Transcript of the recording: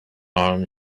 arm